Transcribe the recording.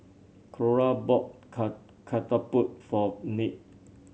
Clora bought ket ketupat for Nick